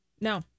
No